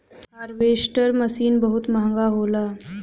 harvester machine बहुत महंगा होला